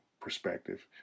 perspective